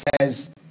says